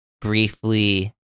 briefly